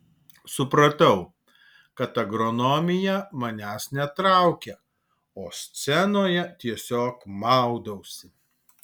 supratau kad agronomija manęs netraukia o scenoje tiesiog maudausi